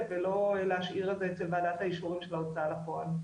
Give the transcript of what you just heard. ולא להשאיר את זה אצל ועדת האישורים של ההוצאה לפועל.